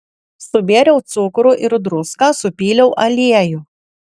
subėriau cukrų ir druską supyliau aliejų